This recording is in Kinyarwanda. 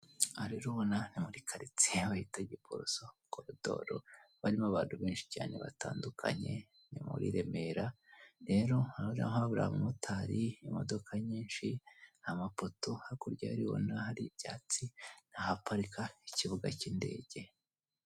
Aha rero ubona ni muri karitsiye, aho bita Giporoso, Korodoro. Haba harimo abantu benshi batandukanye, ni muri Remera. Rero, ahangaha hari abamotari, imodoka nyinshi, amapoto, hakurya hariya ubona hari ibyatsi ni ahaparika ikibuga cy'indege.